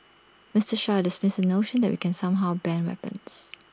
Mister Shah dismissed the notion that we can somehow ban weapons